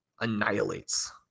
annihilates